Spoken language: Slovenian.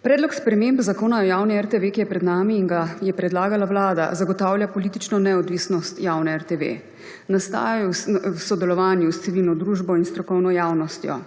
Predlog sprememb zakona o javni RTV, ki je pred nami in ga je predlagala vlada, zagotavlja politično neodvisnost javne RTV. Nastal je v sodelovanju s civilno družbo in strokovno javnostjo.